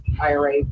IRA